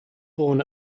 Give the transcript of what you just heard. born